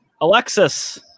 Alexis